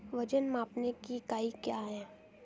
वजन मापने की इकाई क्या है?